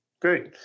Great